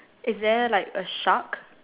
is there like a shark